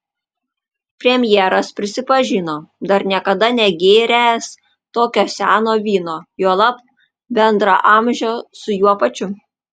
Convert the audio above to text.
premjeras prisipažino dar niekada negėręs tokio seno vyno juolab bendraamžio su juo pačiu